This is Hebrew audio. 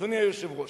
אדוני היושב-ראש,